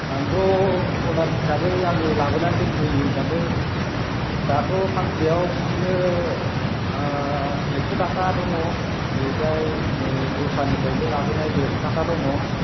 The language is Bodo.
आंथ' अनार हिसाबै आङो लाबोनानै दोनफैयो हिसाबै दाथ' फांसेयाव बिदिनो एक्स' थाखा दङ ओरैजाय दस्रानिफ्रायबो लाबोनाय देरस' थाखा दङ